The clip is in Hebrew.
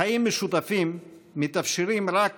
חיים משותפים מתאפשרים רק